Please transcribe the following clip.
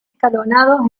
escalonados